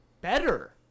better